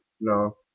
no